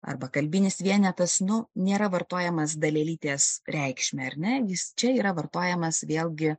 arba kalbinis vienetas nu nėra vartojamas dalelytės reikšme ar ne jis čia yra vartojamas vėlgi